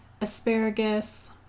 asparagus